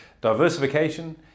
diversification